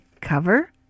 cover